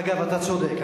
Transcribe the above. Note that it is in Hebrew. אגב, אתה צודק.